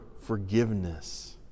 forgiveness